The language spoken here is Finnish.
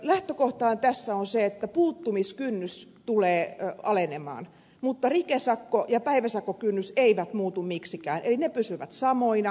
lähtökohtahan tässä on se että puuttumiskynnys tulee alenemaan mutta rikesakko ja päiväsakkokynnys eivät muutu miksikään eli ne pysyvät samoina